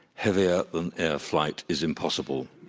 heavier than air flight is impossible.